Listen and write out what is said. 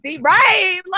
right